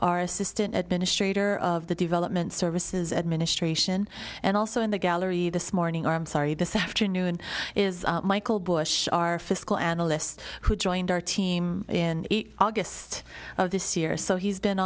our assistant administrator of the development services administration and also in the gallery this morning or i'm sorry this afternoon is michael bush our fiscal analyst who joined our team in august of this year so he's been